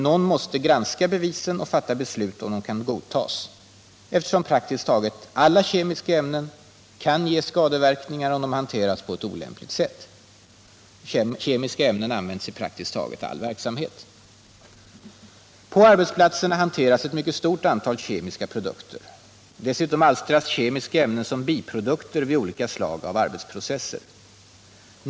Någon måste ju granska bevisen och fatta beslut om ett ämne kan godtas, eftersom praktiskt taget alla kemiska ämnen kan ge skadeverkningar ifall de hanteras på ett olämpligt sätt. Och kemiska ämnen används i nästan all verksamhet. På arbetsplatserna hanteras ett mycket stort antal kemiska produkter. Dessutom alstras kemiska ämnen som biprodukter vid olika slag av arbetsprocesser.